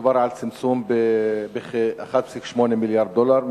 מדובר על צמצום בכ-1.8 מיליארד דולר.